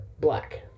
Black